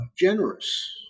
generous